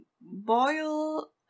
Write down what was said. boil